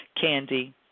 candy